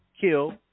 Kill